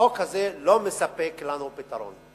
החוק הזה לא מספק לנו פתרון.